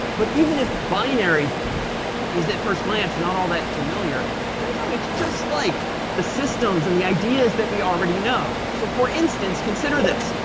but even if binary is, at first glance, not all that familiar, it turns out it's just like the systems and the ideas that we already know. so for instance, consider this.